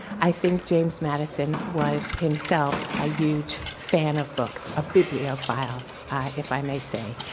i think james madison was himself a huge fan of books, a bibliophile if i may say.